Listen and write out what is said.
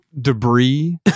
debris